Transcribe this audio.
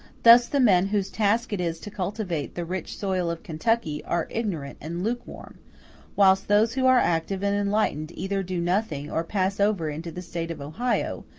thus the men whose task it is to cultivate the rich soil of kentucky are ignorant and lukewarm whilst those who are active and enlightened either do nothing or pass over into the state of ohio,